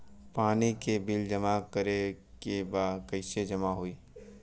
पानी के बिल जमा करे के बा कैसे जमा होई?